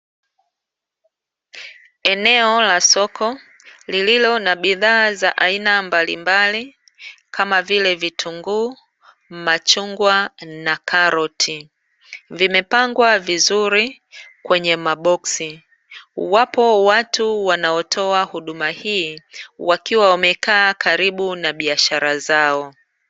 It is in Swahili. Eneo la soko lililo na bidhaa za aina mbalimbali, kama vile vitunguu matungwa na karoti. Vimepangwa vizuri kwenye maboksi, wapo watu wanaotoa huduma hii, wakiwa wamekaa karibu na biashara zao.